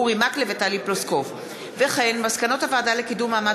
אורי מקלב וטלי פלוסקוב בנושא: אי-מיצוי